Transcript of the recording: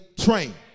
Train